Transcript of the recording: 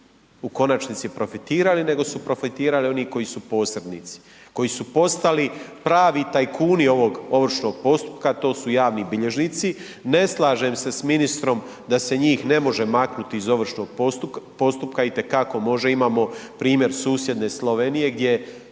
u konačnici profitirali nego su profitirali oni koji su posrednici, koji su postali pravi tajkuni ovog ovršnog postupka a to su javni bilježnici. Ne slažem se sa ministrom da se njih ne može maknuti iz ovršnog postupka, itekako može, imamo primjer susjedne Slovenije gdje